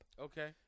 Okay